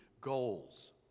goals